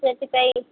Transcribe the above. ସେଥିପାଇଁ